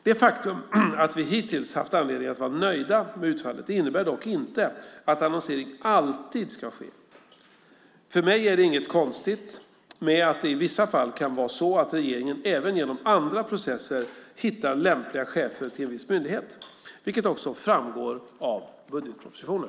Det faktum att vi hittills haft anledning att vara nöjda med utfallet innebär dock inte att annonsering alltid ska ske. För mig är det inget konstigt med att det i vissa fall kan vara så att regeringen även genom andra processer hittar lämpliga chefer till en viss myndighet, vilket också framgår av budgetpropositionen.